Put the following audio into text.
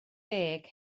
deg